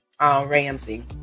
Ramsey